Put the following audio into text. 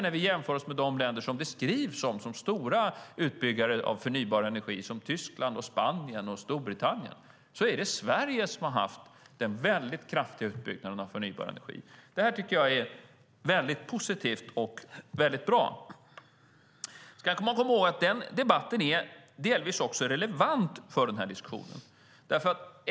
När vi jämför oss med de länder som beskrivs som stora utbyggare av förnybar energi - Tyskland, Spanien och Storbritannien - är det Sverige som har haft den väldigt stora utbyggnaden av förnybar energi. Det här är positivt och bra. Sedan ska man komma ihåg att den debatten är delvis relevant också för den här diskussionen.